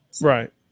right